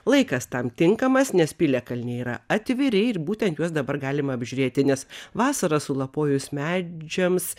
laikas tam tinkamas nes piliakalniai yra atviri ir būtent juos dabar galima apžiūrėti nes vasarą sulapojus medžiams